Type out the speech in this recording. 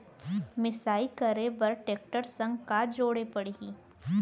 मिसाई करे बर टेकटर संग का जोड़े पड़ही?